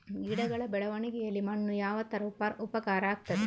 ಗಿಡಗಳ ಬೆಳವಣಿಗೆಯಲ್ಲಿ ಮಣ್ಣು ಯಾವ ತರ ಉಪಕಾರ ಆಗ್ತದೆ?